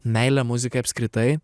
meilę muzikai apskritai